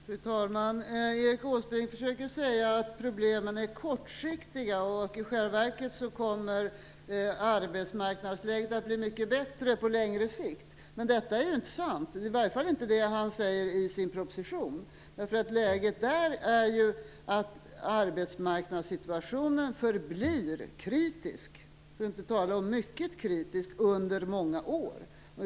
Fru talman! Erik Åsbrink försöker säga att problemen är kortsiktiga och att arbetsmarknadsläget i själva verket kommer att bli mycket bättre på längre sikt. Men det är ju inte sant; det är i varje fall inte det han säger i sin proposition. Läget där är att arbetsmarknadssituationen förblir kritisk, för att inte säga mycket kritisk, under många år.